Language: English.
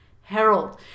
Herald